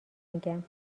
میگم